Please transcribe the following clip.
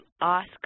ask